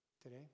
today